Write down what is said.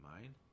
mind